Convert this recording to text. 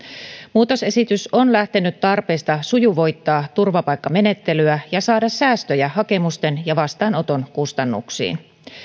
muutosesitys on lähtenyt tarpeesta sujuvoittaa turvapaikkamenettelyä ja saada säästöjä hakemusten ja vastaanoton kustannuksiin